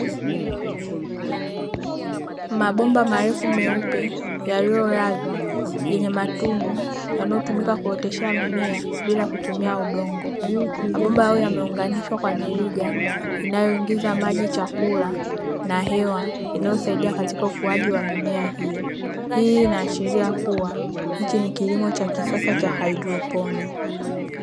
Mabomba marefu meupe yaliyolazwa yenye matundu yanayotumika kuoteshea mimea bila kutumia udongo, mabomba haya yameunganishwa kwa milija inayopeleka maji na chakula na hewa inayosaidia ukuaji wa mimea hiyo. Hii inaashiria hiki ni kilimo Cha kisasa Cha haidriponi.